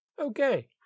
okay